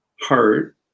heart